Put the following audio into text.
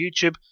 youtube